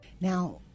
Now